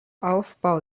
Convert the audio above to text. aufbau